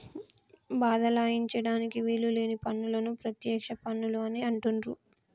బదలాయించడానికి వీలు లేని పన్నులను ప్రత్యక్ష పన్నులు అని అంటుండ్రు